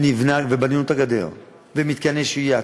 בנינו את הגדר ומתקני שהייה.